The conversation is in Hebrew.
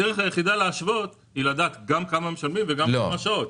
הדרך היחידה להשוות היא לדעת גם כמה משלמים וגם כמה שעות.